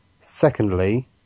secondly